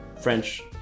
French